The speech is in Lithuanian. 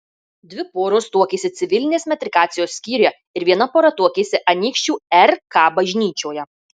dvi poros tuokėsi civilinės metrikacijos skyriuje ir viena pora tuokėsi anykščių rk bažnyčioje